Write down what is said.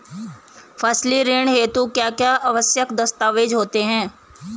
फसली ऋण हेतु क्या क्या आवश्यक दस्तावेज़ होते हैं?